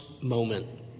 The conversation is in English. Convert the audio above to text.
moment